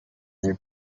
their